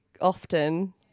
often